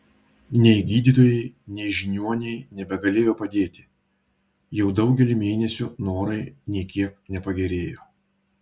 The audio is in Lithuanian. nei gydytojai nei žiniuoniai nebegalėjo padėti jau daugelį mėnesių norai nė kiek nepagerėjo